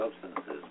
substances